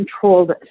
controlled